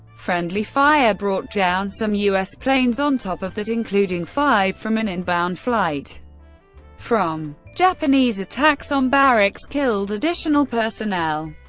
friendly fire brought down some u s. planes on top of that, including five from an inbound flight from. japanese attacks on barracks killed additional personnel.